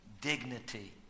dignity